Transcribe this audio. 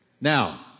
Now